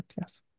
yes